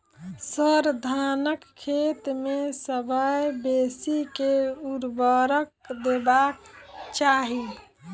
sir, धानक खेत मे सबसँ बेसी केँ ऊर्वरक देबाक चाहि